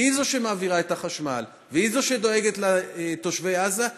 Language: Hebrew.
שהיא שמעבירה את החשמל והיא שדואגת לתושבי עזה,